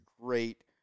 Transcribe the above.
great